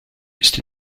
ist